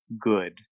good